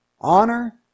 honor